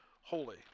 holy